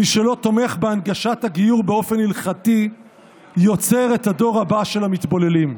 מי שלא תומך בהנגשת הגיור באופן הלכתי יוצר את הדור הבא של המתבוללים.